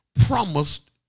promised